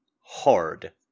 hard